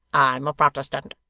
i'm a protestant,